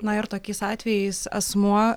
na ir tokiais atvejais asmuo